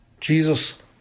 Jesus